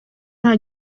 nta